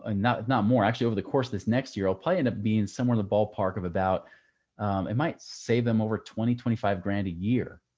ah not not more actually over the course of this next year, i'll play end up being somewhere in the ballpark of about it might save them over twenty, twenty five grand a year.